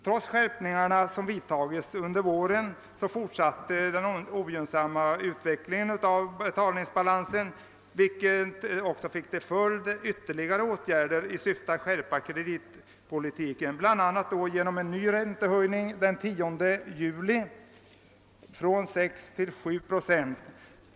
Trots de skärpningar som vidtogs under våren fortsatte den ogynnsamma utvecklingen av betalningsbalansen, vilket fick till följd ytterligare åtgärder i syfte att skärpa kreditpolitiken bl.a. genom en ny räntehöjning den 10 juli från 6 till 7 procent.